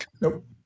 Nope